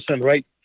right